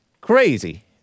Crazy